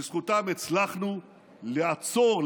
בזכותם הצלחנו לעצור,